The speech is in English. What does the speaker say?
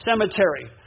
Cemetery